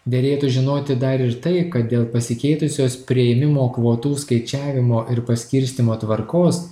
derėtų žinoti dar ir tai kad dėl pasikeitusios priėmimo kvotų skaičiavimo ir paskirstymo tvarkos